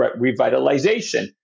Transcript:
revitalization